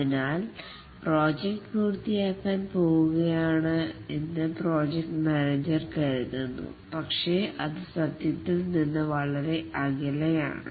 അതിനാൽ പ്രോജക്ട് പൂർത്തിയാകാൻ പോവുകയാണെന്ന് പ്രോജക്ട് മാനേജർ കരുതുന്നു പക്ഷേ അത് സത്യത്തിൽ നിന്ന് വളരെ അകലെയാണ്